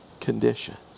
conditions